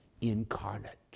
incarnate